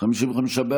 44 לא נתקבלה.